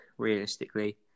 realistically